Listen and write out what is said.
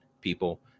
people